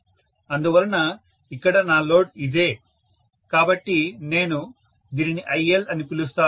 అందువలన ఇక్కడ నా లోడ్ ఇదే కాబట్టి నేను దీనిని IL అని పిలుస్తాను